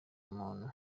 umuntu